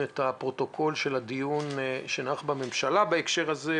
את הפרוטוקול של הדיון בממשלה בהקשר הזה,